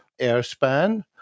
Airspan